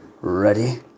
Ready